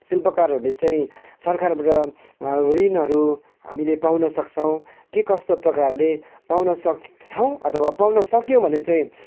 शिल्पकारहरूले चाहिँ सरकारबाट ऋणहरू हामीले पाउन सक्छौँ के कस्तो प्रकारले पाउन सक्छौँ अथवा पाउन सक्यो भने चाहिँ